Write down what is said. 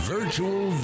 Virtual